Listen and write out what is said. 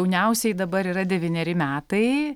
jauniausiai dabar yra devyneri metai